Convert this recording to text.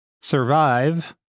survive